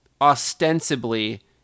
Ostensibly